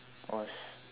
was